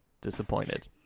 disappointed